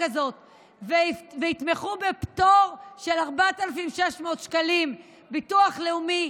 הזאת ויתמכו בפטור של 4,600 שקלים בביטוח לאומי,